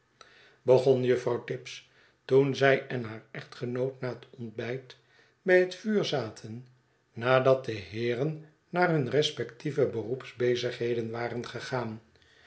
begon juffrouw tibbs toen zij en haar echtgenoot na het ontbijt bij het vuur zaten nadat de heeren naar hun respectieve beroepsbezigheden waren gegaan